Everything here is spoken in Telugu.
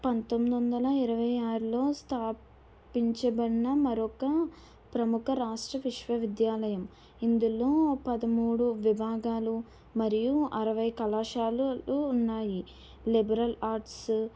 పందొమ్మిది వందల ఇరవై ఆరులో స్థాపించబడిన మరొక ప్రముఖ రాష్ట్ర విశ్వవిద్యాలయం ఇందులో పదమూడు విభాగాలు మరియు అరవై కళాశాలలు ఉన్నాయి లిబరల్ ఆర్ట్స్